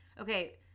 Okay